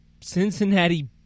Cincinnati